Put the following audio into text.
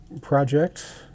project